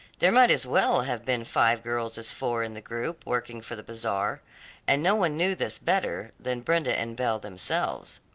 there might as well have been five girls as four in the group working for the bazaar and no one knew this better than brenda and belle themselves.